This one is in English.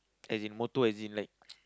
as in motto as in like